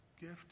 gift